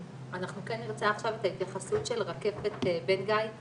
אנחנו כן נרצה עכשיו את ההתייחסות של רקפת בן גיא,